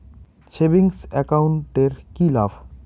Savings account এর কি লাভ?